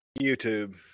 YouTube